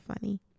funny